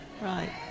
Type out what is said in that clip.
Right